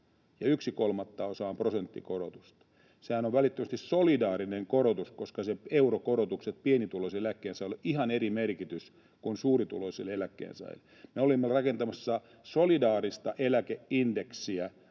on prosenttikorotusta. Sehän on välittömästi solidaarinen korotus, koska niillä eurokorotuksilla on pienituloisille eläkkeensaajille ihan eri merkitys kuin suurituloisille eläkkeensaajille. Me olimme rakentamassa solidaarista eläkeindeksiä,